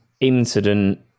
incident